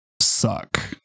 suck